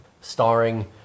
Starring